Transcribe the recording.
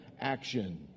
action